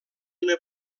una